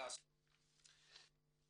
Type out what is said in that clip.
לענות עליהן.